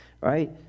right